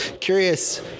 curious